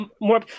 more